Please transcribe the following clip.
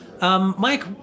Mike